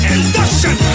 Induction